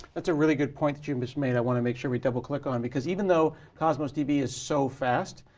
that's a really good point that you just made. i want to make sure we double click on. because even though cosmos db is so fast,